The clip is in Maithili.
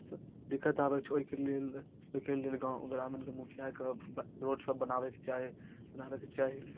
दिक्कत आबै ओइके लेल ओइके लेल गाँव ग्रामीणके मुखियाके रोडसब बनेबाक चाही बनेबाक चाही